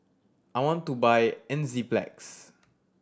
I want to buy Enzyplex